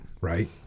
right